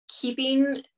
keeping